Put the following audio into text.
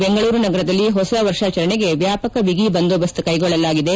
ಬೆಂಗಳೂರು ನಗರದಲ್ಲಿ ಹೊಸ ವರ್ಷಾಚರಣೆಗೆ ವ್ಡಾಪಕ ಜಿಗಿ ಬಂದೋಬಸ್ತ್ ಕೈಗೊಳ್ಳಲಾಗಿದೆ